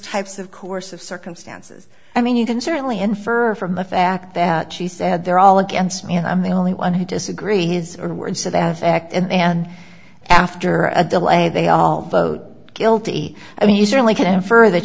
types of course of circumstances i mean you can certainly infer from the fact that she said they're all against me and i'm the only one who disagree his words to that effect and and after a delay they all vote guilty i mean you certainly can infer that